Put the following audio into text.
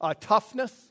toughness